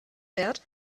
fährt